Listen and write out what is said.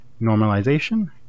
normalization